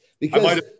because-